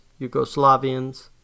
Yugoslavians